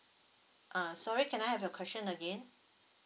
uh sorry can I have your question again